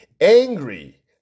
angry